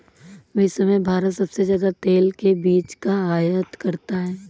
विश्व में भारत सबसे ज्यादा तेल के बीज का आयत करता है